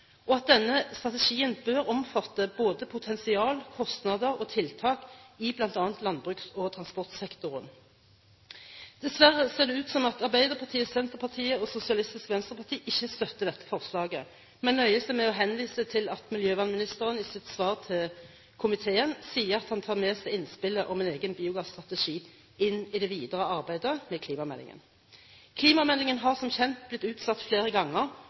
og at denne strategien bør omfatte både potensial, kostnader og tiltak i bl.a. landbruks- og transportsektoren. Dessverre ser det ut til at Arbeiderpartiet, Senterpartiet og Sosialistisk Venstreparti ikke støtter dette forslaget, men nøyer seg med å henvise til at miljøvernministeren i sitt svar til komiteen sier at han tar med seg innspillet om en egen biogasstrategi i det videre arbeidet med klimameldingen. Klimameldingen har som kjent blitt utsatt flere ganger,